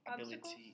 obstacles